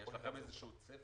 יש לכם איזה צפי?